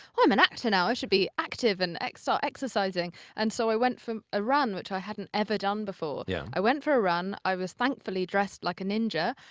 i'm an actor now, i should be active and start like so exercising. and so i went for a run, which i hadn't ever done before. yeah. i went for a run, i was, thankfully, dressed like a ninja,